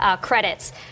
credits